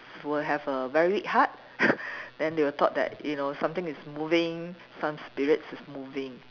will have a very hard then they will thought that you know something is moving some spirits is moving